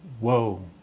whoa